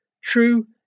True